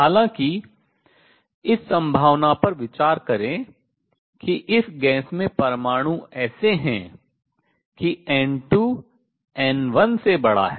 हालांकि इस संभावना पर विचार करें कि इस गैस में परमाणु ऐसे हैं कि N2 N1 से बड़ा है